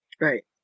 right